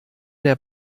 der